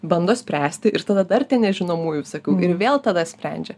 bando spręsti ir tada dar nežinomųjų visokių ir vėl tada sprendžia